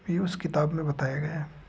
ये उस किताब में बताया गया है